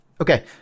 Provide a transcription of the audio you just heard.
Okay